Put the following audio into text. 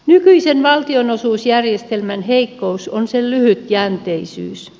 nykyisen valtionosuusjärjestelmän heikkous on sen lyhytjänteisyys